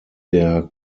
der